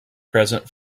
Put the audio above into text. present